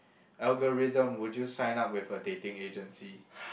algorithm would you sign up with a dating agency